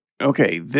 Okay